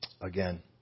again